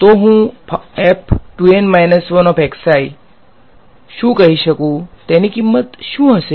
તો હું શું કહી શકું તેની કિંમત શું હશે